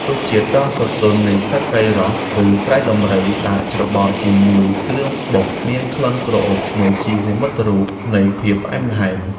រសជាតិដ៏ស្រទន់នៃសាច់ត្រីរ៉ស់ឬត្រីដំរីដែលច្របល់ជាមួយគ្រឿងបុកមានក្លិនក្រអូបឈ្ងុយជានិមិត្តរូបនៃភាពផ្អែមល្ហែម។